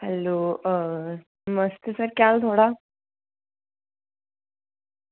hello आं नमस्ते sir केह् हाल थुआढ़ा